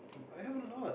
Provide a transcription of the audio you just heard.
I have a lot